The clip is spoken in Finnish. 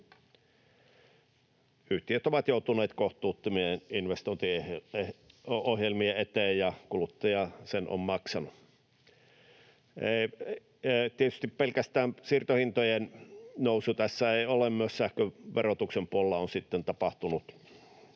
Yhtiöt ovat joutuneet kohtuuttomien investointiohjelmien eteen, ja kuluttaja sen on maksanut. Tietysti tässä ei ole pelkästään siirtohintojen nousu, vaan myös sähköverotuksen puolella on tapahtunut